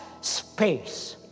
space